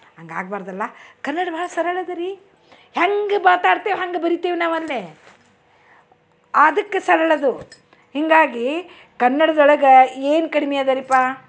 ಹಂಗೆ ಆಗಬಾರ್ದಲ್ಲ ಕನ್ನಡ ಭಾಳ ಸರಳ ಇದೆ ರೀ ಹೆಂಗೆ ಮಾತಾಡ್ತೇವೆ ಹಂಗೆ ಬರಿತೇವೆ ನಾವು ಅಲ್ಲೇ ಅದಕ್ಕೆ ಸರಳ ಅದು ಹೀಗಾಗಿ ಕನ್ನಡ್ದೊಳಗೆ ಏನು ಕಡ್ಮೆ ಇದೇರಿಪ್ಪ